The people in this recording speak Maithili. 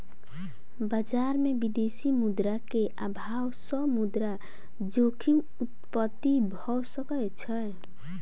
बजार में विदेशी मुद्रा के अभाव सॅ मुद्रा जोखिम उत्पत्ति भ सकै छै